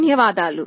ధన్యవాదాలు